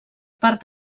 part